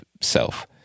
self